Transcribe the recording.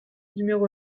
numéro